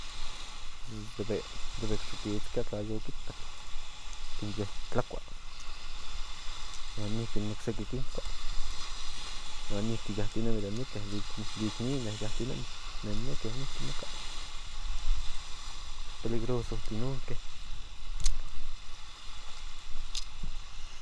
Deve xokitskia tla yo kiitak in ye tlakua huan niki in nokseki kikua huan niki yatinemi de mieke de iknime yatinemi nen mieke niki maka pues peligrosotin niki in nonke